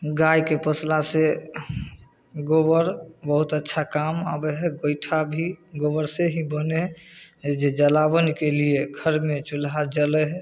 गाइके पोसला से गोबर बहुत अच्छा काम अबै हइ गोइठा भी गोबर से ही बनै हइ ई जे जलावनके लिए घरमे चुल्हा जलै हइ